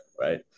right